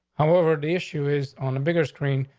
however, the issue is on a bigger screen.